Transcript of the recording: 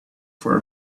for